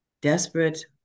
desperate